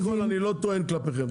קודם כל אני לא טוען כלפיכם,